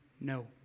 no